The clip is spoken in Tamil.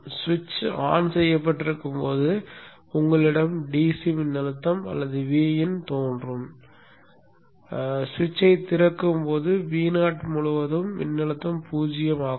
சுவிட்ச் ஆன் செய்யப்பட்டிருக்கும் போது உங்களிடம் DC மின்னழுத்தம் அல்லது Vin தோன்றும் சுவிட்சைத் திறக்கும் போது Vo முழுவதும் மின்னழுத்தம் 0 ஆகும்